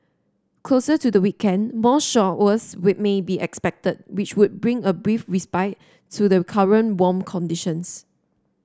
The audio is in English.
closer to the weekend more showers may be expected which would bring a brief respite to the current warm conditions